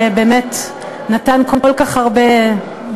שבאמת נתן כל כך הרבה,